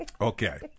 Okay